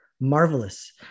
marvelous